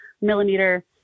millimeter